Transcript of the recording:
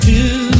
Two